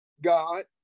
god